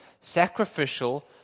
sacrificial